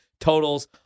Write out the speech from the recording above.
totals